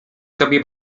sobie